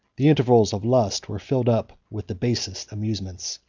the intervals of lust were filled up with the basest amusements.